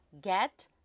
get